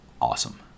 Awesome